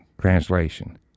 translation